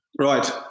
Right